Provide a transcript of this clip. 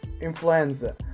influenza